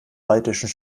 baltischen